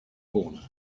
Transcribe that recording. corner